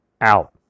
Out